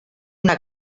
una